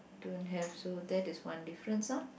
don't have so that is one difference ah